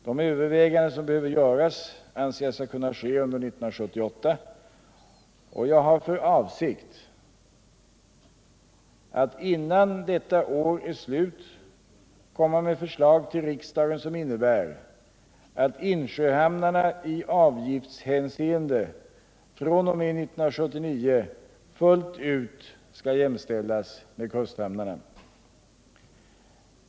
De överväganden som behöver göras anser jag skall kunna ske under år 1978, och jag har för avsikt att innan året är slut komma med förslag till riksdagen som innebär att insjöhamnarna i avgiftshänseende fr.o.m. 1979 fullt ut skall jämställas med kusthamnarna.